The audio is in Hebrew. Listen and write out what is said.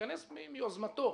שייכנס מיוזמתו,